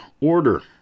order